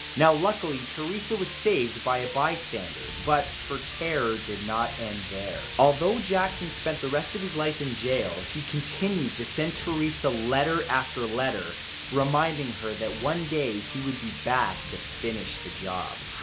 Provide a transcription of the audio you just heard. now, luckily theresa was saved by a bystander but her terror did not end there. although jackson spent the rest of his life in jail, he continued to send theresa letter after letter reminding her that one day he would be back to finish the job.